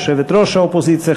יושבת-ראש האופוזיציה,